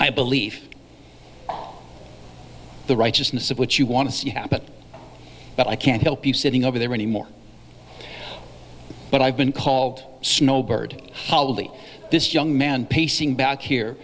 i believe the righteousness of what you want to see happen but i can't help you sitting over there anymore but i've been called snowbird hollow that this young man pacing back here